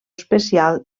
especial